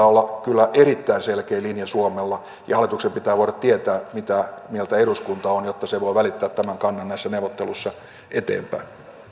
olla kyllä erittäin selkeä linja suomella ja hallituksen pitää voida tietää mitä mieltä eduskunta on on jotta se voi välittää tämän kannan näissä neuvotteluissa eteenpäin